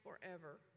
forever